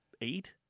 eight